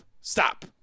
Stop